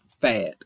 fad